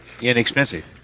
inexpensive